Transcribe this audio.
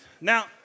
Now